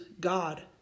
God